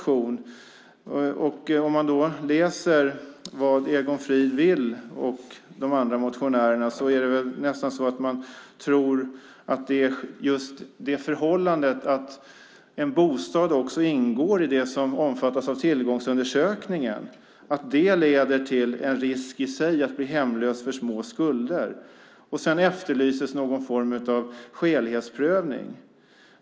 Om man läser vad Egon Frid och de andra motionärerna vill i sin motion tror man nästan att just förhållandet att även en bostad ingår i det som omfattas av tillgångsundersökningen i sig leder till en risk att bli hemlös för små skulder. Sedan efterlyses någon form av skälighetsprövning.